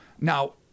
Now